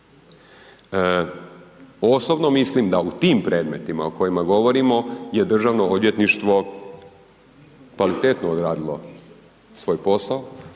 Osobno mislim da u tim predmetima o kojima govorimo je Državno odvjetništvo kvalitetno odradilo svoj posao,